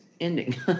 ending